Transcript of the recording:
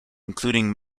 including